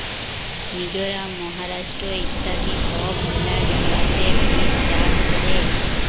মিজরাম, মহারাষ্ট্র ইত্যাদি সব গুলা জাগাতে গ্রেপ চাষ ক্যরে